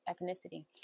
ethnicity